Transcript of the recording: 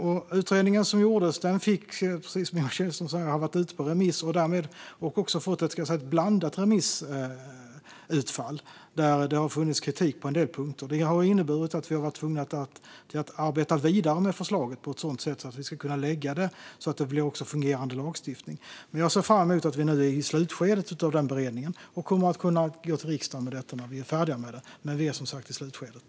Den utredning som gjorts har, precis som Ingemar Kihlström säger, varit ute på remiss och fått ett blandat remissutfall - det har funnits kritik på en del punkter. Detta har inneburit att vi har varit tvungna att arbeta vidare med förslaget för att vi ska kunna lägga fram det på ett sådant sätt att det blir fungerande lagstiftning. Vi är nu i slutskedet av denna beredning, och jag ser fram emot att vi kommer att kunna gå till riksdagen med detta när vi är färdiga med det.